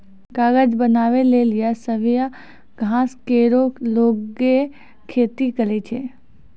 कागज बनावै लेलि सवैया घास केरो लोगें खेती करै छै